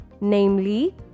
namely